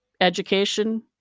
education